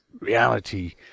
reality